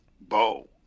bow